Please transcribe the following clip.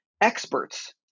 experts